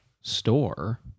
store